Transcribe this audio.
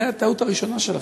זו הטעות הראשונה שלכם,